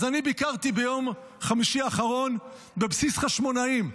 אז ביום חמישי האחרון ביקרתי בבסיס חשמונאים,